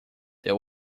that